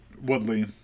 Woodley